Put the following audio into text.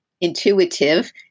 intuitive